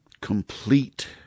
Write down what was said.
complete